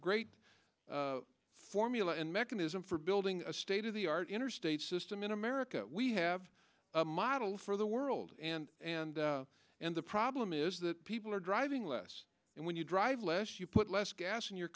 great formula and mechanism for building a state of the art interstate system in america we have a model for the world and and and the problem is that people are driving less and when you drive less you put less gas in your